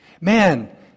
Man